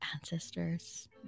ancestors